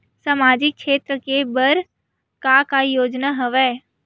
सामाजिक क्षेत्र के बर का का योजना हवय?